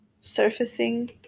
surfacing